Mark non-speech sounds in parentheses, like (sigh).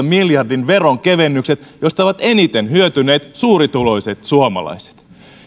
(unintelligible) miljardin veronkevennykset joista ovat eniten hyötyneet suurituloiset suomalaiset